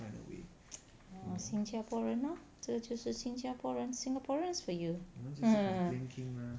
oh 新加坡人 lor 这就是新加坡人 singaporeans when you